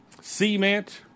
Cement